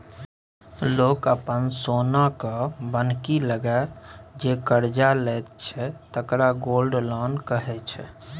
लोक अपन सोनकेँ बन्हकी लगाए जे करजा लैत छै तकरा गोल्ड लोन कहै छै